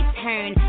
turn